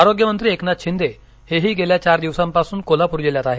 आरोग्यमंत्री एकनाथ शिंदे हेही गेल्या चार दिवसांपासून कोल्हापूर जिल्ह्यात आहेत